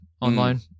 online